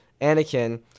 Anakin